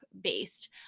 based